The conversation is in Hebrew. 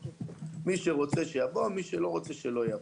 מי שרוצה, שיבוא, מי שלא רוצה, שלא יבוא.